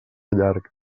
llarg